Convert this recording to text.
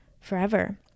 forever